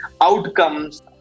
outcomes